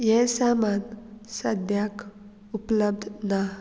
हें सामान सद्याक उपलब्ध ना